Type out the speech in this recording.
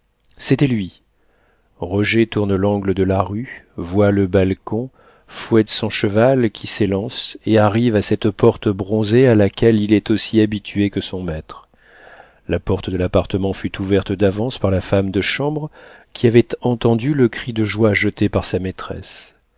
c'était lui roger tourne l'angle de la rue voit le balcon fouette son cheval qui s'élance et arrive à cette porte bronzée à laquelle il est aussi habitué que son maître la porte de l'appartement fut ouverte d'avance par la femme de chambre qui avait entendu le cri de joie jeté par sa maîtresse